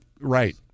Right